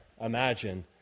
imagine